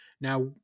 Now